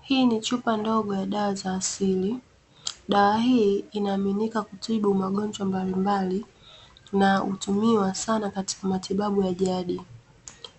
Hii ni chupa ndogo ya dawa za asili. Dawa hii inaaminika kutibu magonjwa mbalimbali na hutumiwa sana katika matibabu ya jadi.